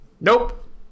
Nope